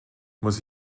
muss